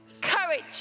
Courage